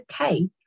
okay